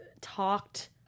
talked